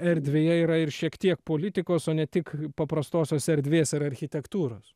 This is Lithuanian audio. erdvėje yra ir šiek tiek politikos o ne tik paprastosios erdvės ar architektūros